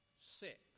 six